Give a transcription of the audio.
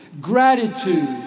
Gratitude